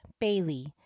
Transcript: Bailey